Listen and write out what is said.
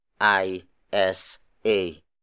I-S-A